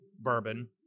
bourbon